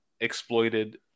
exploited